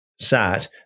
sat